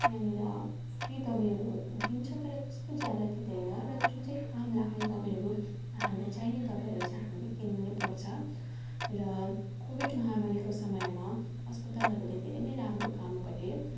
यहाँनिर फ्री दबाईहरू दिन्छ तर त्यस्तो ज्यादा दिँदैन र जुन चाहिँ काम लाग्ने दबाईहरू हामीहरूलाई चाहिने दबाईहरू चाहिँ हामीले किन्नु नै पर्छ र कोविड महामारीको समयमा अस्पतालहरूले धेरै नै राम्रो काम गरे